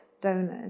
donors